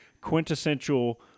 quintessential